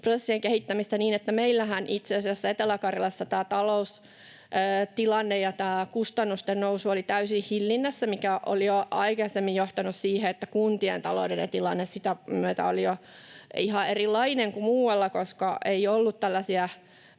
prosessien kehittämistä niin, että itse asiassa meillähän Etelä-Karjalassa taloustilanne ja kustannusten nousu oli täysin hillinnässä, mikä oli jo aikaisemmin johtanut siihen, että kuntien taloudellinen tilanne sitä myötä oli jo ihan erilainen kuin muualla, koska ei ollut tällaisia